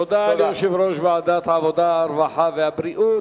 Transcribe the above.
תודה ליושב-ראש ועדת העבודה, הרווחה והבריאות.